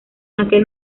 aquel